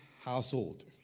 household